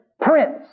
Prince